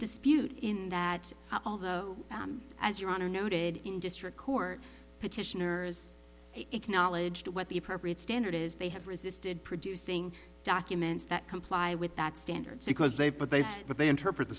dispute in that although as your honor noted in district court petitioners acknowledged what the appropriate standard is they have resisted producing documents that comply with that standard because they but they but they interpret the